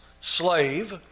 slave